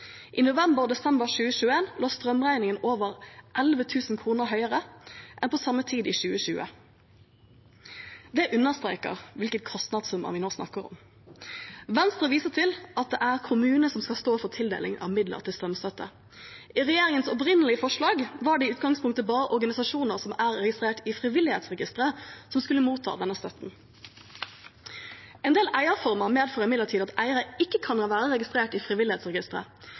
I november og desember 2021 lå strømregningen over 11 000 kr høyere enn på samme tid i 2020. Det understreker hvilke kostnadssummer vi nå snakker om. Venstre viser til at det er kommunene som skal stå for tildeling av midler til strømstøtte. I regjeringens opprinnelige forslag var det i utgangspunktet bare organisasjoner som er registrert i Frivillighetsregisteret, som skulle motta denne støtten. En del eierformer medfører imidlertid at eiere ikke kan være registrert i Frivillighetsregisteret.